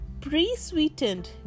pre-sweetened